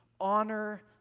honor